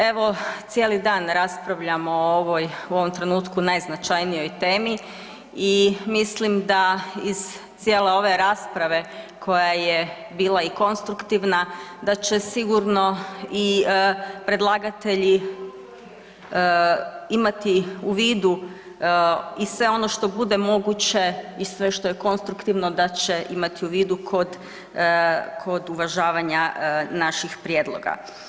Evo cijeli dan raspravljamo u ovom trenutku o najznačajnijoj temi i mislim da iz cijele ove rasprave koja je bila i konstruktivna da će sigurno i predlagatelji imati u vidu i sve ono što bude moguće i sve što je konstruktivno da će imati u vidu kod uvažavanja naših prijedloga.